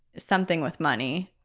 something with money.